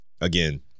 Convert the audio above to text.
again